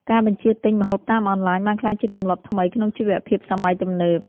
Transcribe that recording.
ការបញ្ជាទិញម្ហូបតាមអនឡាញ បានក្លាយជាទម្លាប់ថ្មីក្នុងជីវភាពសម័យទំនើប។